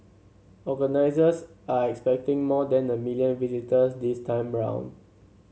organisers are expecting more than a million visitors this time round